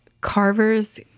Carver's